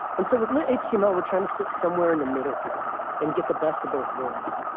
and so with lit-html, we're trying to sit somewhere in the middle here and get the best of both worlds.